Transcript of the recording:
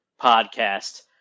podcast